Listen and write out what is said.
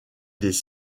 des